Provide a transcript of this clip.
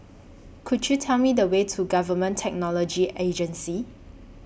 Could YOU Tell Me The Way to Government Technology Agency